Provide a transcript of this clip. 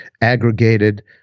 aggregated